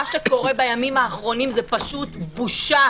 מה שקורה בימים האחרונים זאת פשוט בושה.